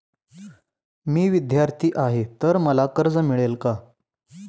मी विद्यार्थी आहे तर मला कर्ज मिळेल का?